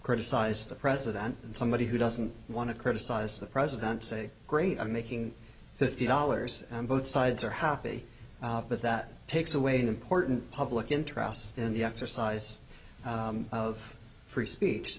criticize the president and somebody who doesn't want to criticize the president say great i'm making fifty dollars and both sides are happy but that takes away an important public interest in the exercise of free speech